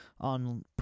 on